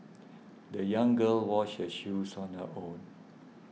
the young girl washed her shoes on her own